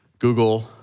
Google